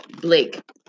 Blake